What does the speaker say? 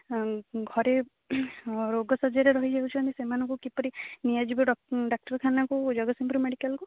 ଘରେ ରୋଗ ସଜ୍ୟାରେ ରହିଯାଉଛନ୍ତି ସେମାନଙ୍କୁ କିପରି ନିଆଯିବ ଡ଼ାକ୍ତରଖାନାକୁ ଜଗତସିଂହପୁର ମେଡ଼ିକାଲ୍କୁ